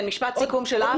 משפט סיכום שלך.